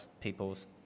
people's